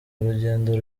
urugendo